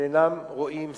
שאינם רואים סוף.